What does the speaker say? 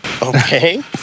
Okay